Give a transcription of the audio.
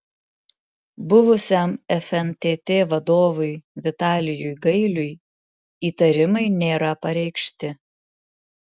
buvusiam fntt vadovui vitalijui gailiui įtarimai nėra pareikšti